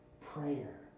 prayer